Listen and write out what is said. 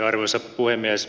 arvoisa puhemies